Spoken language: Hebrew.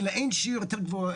היא לאין שיעור יותר גדולה,